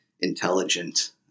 intelligent